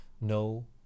no